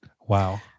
Wow